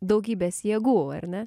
daugybės jėgų ar ne